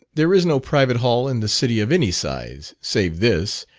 there is no private hall in the city of any size, save this,